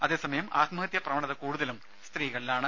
അതേസമയം ആത്മഹത്യാ പ്രവണത കൂടുതലും സ്തീകളിലാണ്